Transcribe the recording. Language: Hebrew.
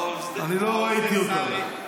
אני לא ראיתי אותה.